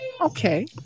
Okay